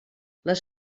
les